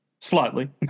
slightly